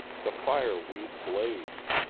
the fire-weed blazed,